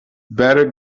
better